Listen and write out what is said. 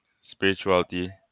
spirituality